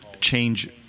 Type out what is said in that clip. Change